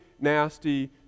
nasty